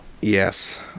Yes